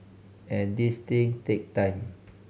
and these thing take time